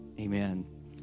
Amen